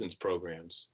programs